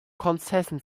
concession